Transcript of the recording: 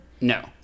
no